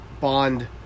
Bond